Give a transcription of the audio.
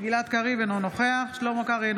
אינו נוכח שלמה קרעי,